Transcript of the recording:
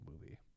movie